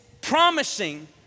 promising